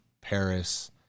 Paris